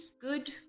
good